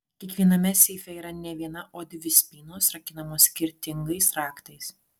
kiekviename seife yra ne viena o dvi spynos rakinamos skirtingais raktais